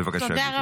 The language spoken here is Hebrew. בבקשה, גברתי.